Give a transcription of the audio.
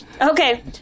Okay